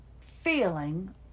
feeling